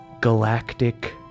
galactic